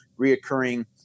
reoccurring